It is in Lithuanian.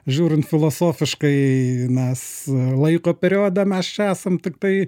žiūrint filosofiškai mes laiko periode mes esam tiktai